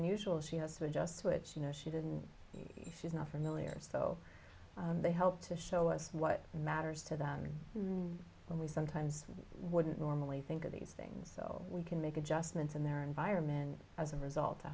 unusual she has to just switch you know she didn't she's not familiar so they help to show us what matters to them when we sometimes wouldn't normally think of these things so we can make adjustments in their environment as a result to